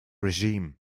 regime